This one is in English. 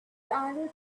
decided